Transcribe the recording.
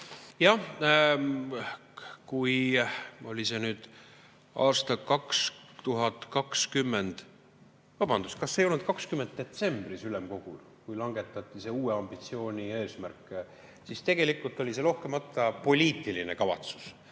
Jah, oli see nüüd aastal 2020 ... Vabandust, kas ei olnud see 2020 detsembris ülemkogul, kui langetati see uue ambitsiooni eesmärk? Siis tegelikult oli see kahtlemata poliitiline kavatsus